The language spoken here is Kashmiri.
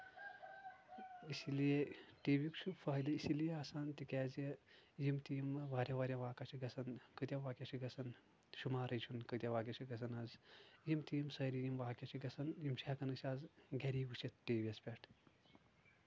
اسی لیے ٹی وی یُک چھ فٲہِدٕ اسی لیے آسان تِکیازِ یِم تہِ یِم واریاہ واریاہ واقع چھِ گژھان کۭتیا واقع چھِ گژھان شُمارٕے چھُ نہٕ کۭتیا واقع چھٕ گَژھان آز یِم تہِ یِم سٲری یم واقع چھ گژھان یِم چھِ ہٮ۪کان أسۍ آز گری وٕچھِتھ ٹی ویس پٮ۪ٹھ